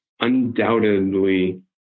undoubtedly